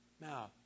Now